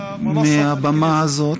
מהבמה הזאת,